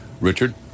Richard